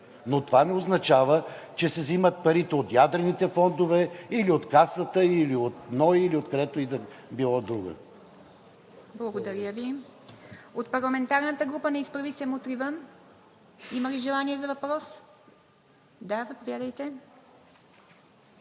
Но това не означава, че се взимат парите от ядрените фондове или от Касата, или от НОИ, или откъдето и да било другаде. ПРЕДСЕДАТЕЛ ИВА МИТЕВА: Благодаря Ви. От парламентарната група на „Изправи се! Мутри вън!“ има ли желание за въпрос? Заповядайте.